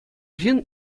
ҫын